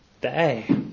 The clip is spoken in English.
day